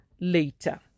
later